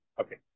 Okay